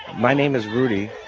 my name is rudy